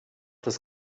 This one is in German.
das